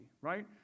right